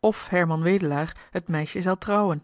of herman wedelaar het meisje zei trouwen